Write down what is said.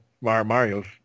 Mario's